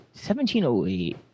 1708